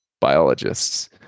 biologists